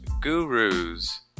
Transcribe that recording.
Gurus